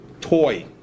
toy